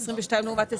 ואת 2022 לעומת 2020,